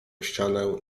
ścianę